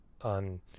on